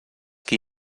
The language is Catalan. qui